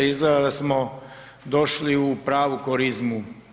Izgleda da smo došli u pravu korizmu.